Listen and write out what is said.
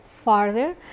farther